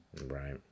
Right